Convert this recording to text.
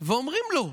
ואומרים לו: